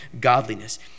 godliness